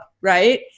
right